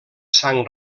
sang